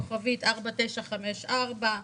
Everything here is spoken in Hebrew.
כוכבית 4954,